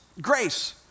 Grace